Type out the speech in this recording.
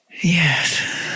Yes